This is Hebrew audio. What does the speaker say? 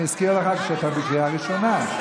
אני אזכיר לך שאתה בקריאה ראשונה.